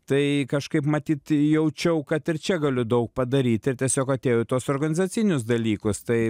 tai kažkaip matyt jaučiau kad ir čia galiu daug padaryt ir tiesiog atėjau į tuos organizacinius dalykus tai